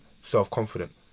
self-confident